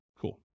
Cool